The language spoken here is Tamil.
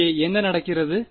இங்கே என்ன நடக்கிறது